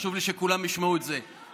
וחשוב לי שכולם ישמעו את זה.